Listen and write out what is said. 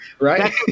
Right